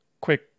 quick